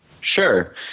Sure